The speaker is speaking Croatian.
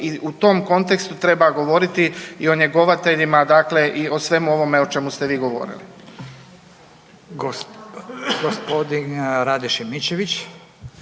i u tom kontekstu treba govoriti i o njegovateljima, dakle i o svemu ovome o čemu ste vi govorili. **Radin, Furio